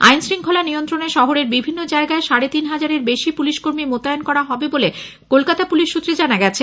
আইনশৃঙ্খলা নিয়ন্ত্রণে শহরের বিভিন্ন জায়গায় সাড়ে তিন হাজারের বেশি পুলিশ কর্মী মোতায়েন করা হবে বলে কলকাতা পুলিশ সূত্রে জানা গিয়েছে